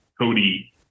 cody